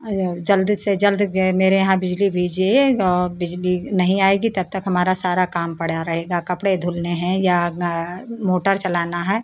अरे जल्द से जल्द ये मेरे यहाँ बिजली भेजिएगा और बिजली नहीं आएगी तब तक हमारा सारा काम पड़ा रहेगा कपड़े धुलने हैं या मोटर चलाना है